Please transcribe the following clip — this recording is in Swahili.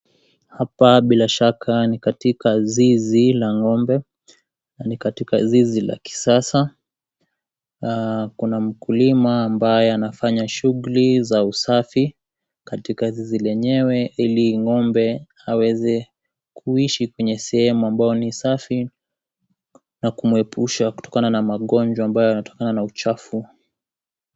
Hapa bilashaka ni katika zizi la ng'ombe, na ni katika zizi la kisasa, kuna mkulima ambaye anafanya shughuli za usafi katika zizi lenyewe ili ng'ombe aweze kuishi kwenye sehemu ambayo ni safi, na kumuepusha kutokana na magonjwa ambayo yanatokana na uchafu.